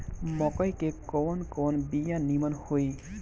मकई के कवन कवन बिया नीमन होई?